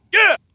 yeah.